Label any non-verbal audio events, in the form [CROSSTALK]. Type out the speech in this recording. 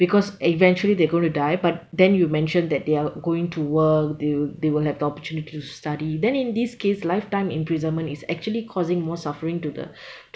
because eventually they're going to die but then you mentioned that they are going to work they will they will have the opportunity to study then in this case lifetime imprisonment is actually causing more suffering to the [BREATH]